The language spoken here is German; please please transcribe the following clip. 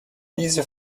diese